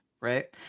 Right